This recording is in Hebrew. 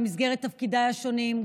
במסגרת תפקידיי השונים,